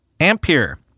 Ampere